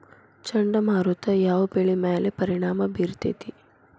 ಚಂಡಮಾರುತ ಯಾವ್ ಬೆಳಿ ಮ್ಯಾಲ್ ಪರಿಣಾಮ ಬಿರತೇತಿ?